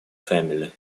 family